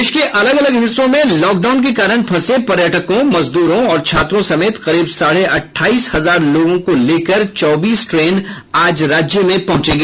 देश के अलग अलग हिस्सों में लॉक डाउन के कारण फंसे पर्यटकों मजदूरों और छात्रों समेत करीब साढ़े अट्ठाईस हजार लोगों को लेकर चौबीस ट्रेन आज राज्य में पहुंचेंगी